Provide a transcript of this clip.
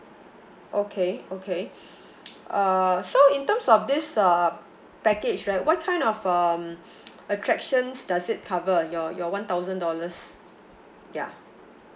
okay okay uh so in terms of this uh package right what kind of um attractions does it cover your your one thousand dollars ya